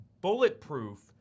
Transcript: bulletproof